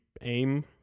aim